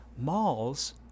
malls